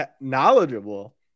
Knowledgeable